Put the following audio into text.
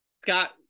Scott